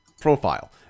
profile